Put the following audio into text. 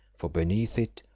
for beneath it,